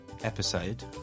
episode